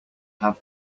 have